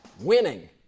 Winning